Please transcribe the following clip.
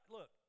Look